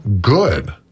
good